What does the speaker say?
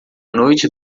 noite